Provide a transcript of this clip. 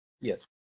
Yes